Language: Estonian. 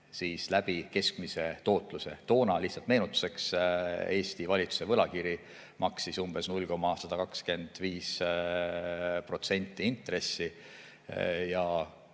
läbi keskmise tootluse. Toona, lihtsalt meenutuseks, Eesti valitsuse võlakiri maksis umbes 0,125% intressi. Ja